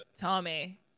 Tommy